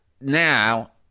now